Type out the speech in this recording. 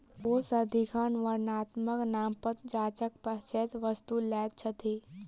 ओ सदिखन वर्णात्मक नामपत्र जांचक पश्चातै वस्तु लैत छथि